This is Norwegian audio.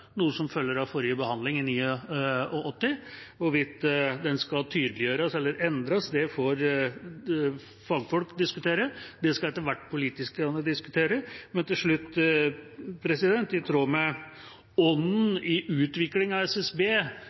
noe som følger av forrige behandling i 1989. Hvorvidt den skal tydeliggjøres eller endres, får fagfolk diskutere. Det skal etter hvert politikerne diskutere. Men til slutt: I tråd med ånden i utviklingen i SSB,